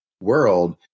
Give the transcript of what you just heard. world